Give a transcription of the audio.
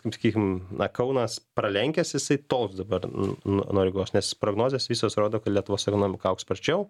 kaip sakykime na kaunas pralenkęs jisai toks dabar nuo rigos nes prognozės visos rodo kad lietuvos ekonomika augs sparčiau